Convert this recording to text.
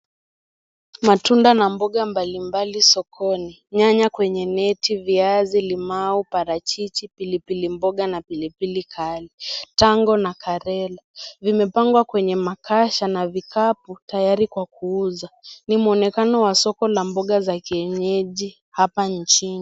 Matunda na mboga mbalimbali sokoni nyanya kwenye neti , viazi , limau , parachichi , pilipili mboga na pilipili kali , tango na karela vimepangwa kwenye makasha na vikapu tayari kwa kuuza . Ni mwonekano wa soko la mboga za kienyeji hapa nchini.